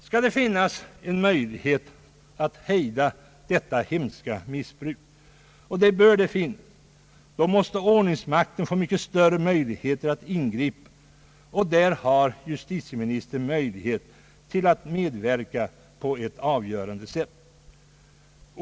Skall det finnas en möjlighet att hejda detta hemska missbruk — och det bör det finnas — mås te ordningsmakten få mycket större befogenheter att ingripa. Där har justitieministern möjlighet att medverka på ett avgörande sätt.